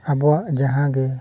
ᱟᱵᱚᱣᱟᱜ ᱡᱟᱦᱟᱸᱜᱮ